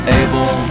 able